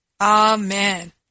Amen